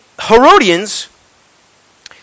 Herodians